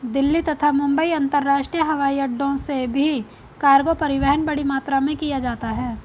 दिल्ली तथा मुंबई अंतरराष्ट्रीय हवाईअड्डो से भी कार्गो परिवहन बड़ी मात्रा में किया जाता है